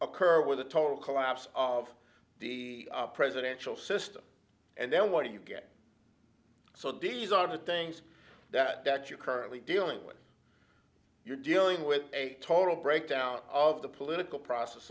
occur with a total collapse of the presidential system and then what do you get so these are the things that you're currently dealing with you're dealing with a total breakdown of the political process